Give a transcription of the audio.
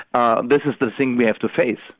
ah this is the thing we have to face.